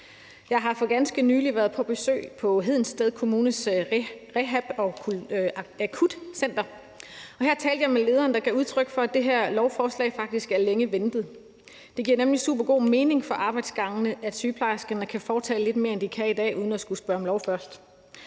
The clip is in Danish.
Jeg har for ganske nylig været på besøg på Hedensted Kommunes rehab- og akutcenter. Her talte jeg med lederen, der gav udtryk for, at det her lovforslag faktisk er længe ventet. Det giver nemlig supergod mening for arbejdsgangene, at sygeplejerskerne kan foretage sig lidt mere, end de kan i dag, uden at skulle spørge om lov først.